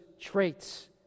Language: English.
traits